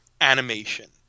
animation